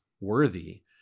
worthy